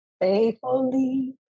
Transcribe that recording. Faithfully